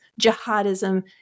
jihadism